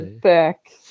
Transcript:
back